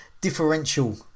differential